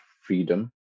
freedom